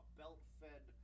belt-fed